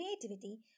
creativity